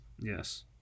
Yes